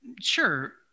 Sure